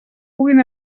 puguin